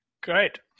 Great